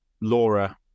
Laura